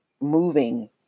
moving